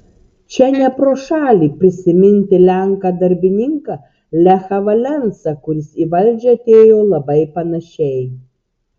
čia ne pro šalį prisiminti lenką darbininką lechą valensą kuris į valdžią atėjo labai panašiai